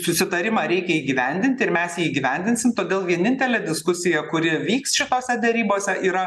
susitarimą reikia įgyvendinti ir mes jį gyvendinsim todėl vienintelė diskusija kuri vyks šitose derybose yra